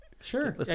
Sure